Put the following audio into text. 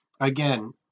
again